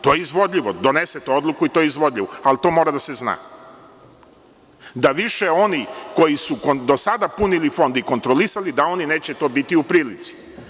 To je izvodljivo, donesete odluku i to je izvodljivo, ali to mora da se zna, da više oni koji su do sada punili fond i kontrolisali da oni to neće biti u prilici.